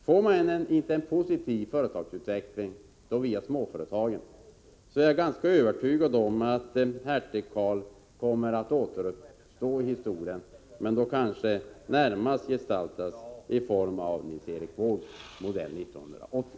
Får man inte en positiv utveckling av småföretagen, är jag ganska övertygad om att hertig Karl kommer att återuppstå, men då kanske i gestalt av Nils Erik Wååg, modell 1980.